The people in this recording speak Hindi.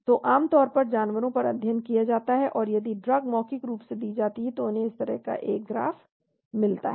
तो आम तौर पर जानवरों पर अध्ययन किया जाता है और यदि ड्रग मौखिक रूप से दी जाती है तो उन्हें इस तरह एक ग्राफ मिलता है